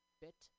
bit